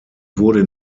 wurde